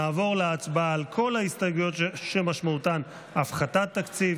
נעבור להצבעה על כל ההסתייגויות שמשמעותן הפחתת תקציב,